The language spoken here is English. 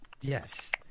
yes